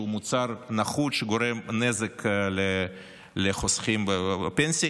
שהוא מוצר נחות, שגורם נזק לחוסכים בפנסיה.